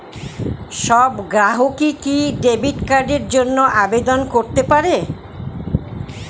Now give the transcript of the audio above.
সব গ্রাহকই কি ডেবিট কার্ডের জন্য আবেদন করতে পারে?